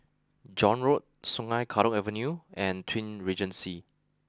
John Road Sungei Kadut Avenue and Twin Regency